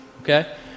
okay